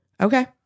Okay